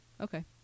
Okay